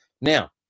Now